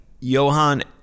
Johan